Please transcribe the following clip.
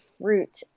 fruit